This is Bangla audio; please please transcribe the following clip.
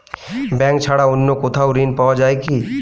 ব্যাঙ্ক ছাড়া অন্য কোথাও ঋণ পাওয়া যায় কি?